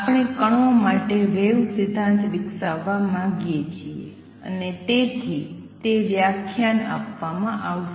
આપણે કણો માટે વેવ સિદ્ધાંત વિકસાવવા માંગીએ છીએ અને તેથી તે વ્યાખ્યાન આપવામાં આવશે